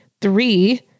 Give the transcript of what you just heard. three